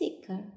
sicker